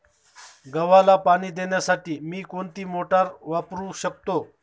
गव्हाला पाणी देण्यासाठी मी कोणती मोटार वापरू शकतो?